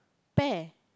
pear